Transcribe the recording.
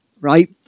right